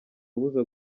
abuza